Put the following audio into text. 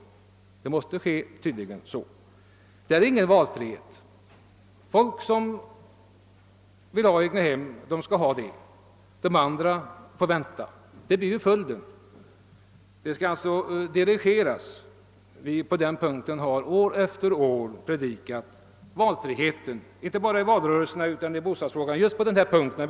Därvidlag skall det tydligen inte vara någon valfrihet: folk som vill ha egnahem skall ha det — de andra får vänta. Detta blir ju följden; det skall alltså vara en dirigering. På denna punkt har emellertid vi för vår del år efter år predikat valfrihet — vi har gjort det inte bara under valrörelserna utan över huvud taget vid behandlingen av bostadsfrågan.